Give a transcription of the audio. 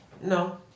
No